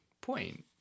point